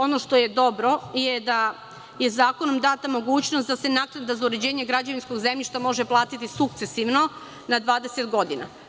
Ono što je dobro, jeste to da je zakonom data mogućnost da se naknada za uređenje građevinskog zemljišta može platiti sukcesivno na 20 godina.